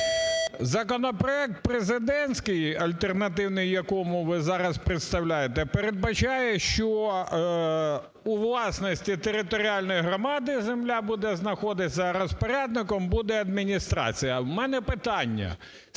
Законопроект президентський, альтернативний якому ви зараз представляєте, передбачає, що у власності територіальної громади земля буде знаходитися, а розпорядником буде адміністрація. У мене питання: